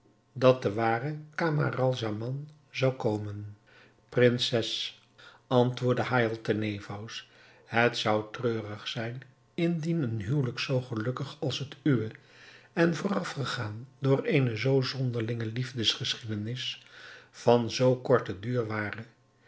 dat de ware camaralzaman zou komen prinses antwoordde haïatalnefous het zou treurig zijn indien een huwelijk zoo gelukkig als het uwe en voorafgegaan door eene zoo zonderlinge liefdesgeschiedenis van zoo korten duur ware